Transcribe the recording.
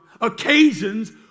occasions